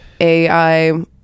ai